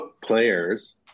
players